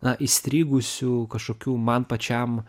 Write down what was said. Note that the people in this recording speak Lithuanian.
na įstrigusių kažkokių man pačiam